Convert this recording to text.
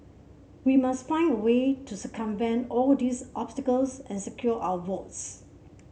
we must find a way to circumvent all these obstacles and secure our votes